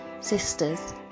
Sisters